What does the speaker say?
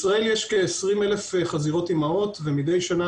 בישראל יש כ-20,000 חזירות אימהות ומדי שנה